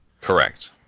Correct